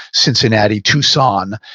cincinnati, tucson,